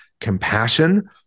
compassion